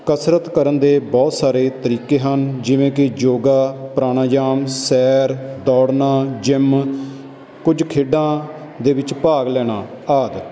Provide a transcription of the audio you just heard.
ਕਸਰਤ ਕਰਨ ਦੇ ਬਹੁਤ ਸਾਰੇ ਤਰੀਕੇ ਹਨ ਜਿਵੇਂ ਕਿ ਯੋਗਾ ਪ੍ਰਾਣਾਯਾਮ ਸੈਰ ਦੌੜਨਾ ਜਿਮ ਕੁਝ ਖੇਡਾਂ ਦੇ ਵਿੱਚ ਭਾਗ ਲੈਣਾ ਆਦਿ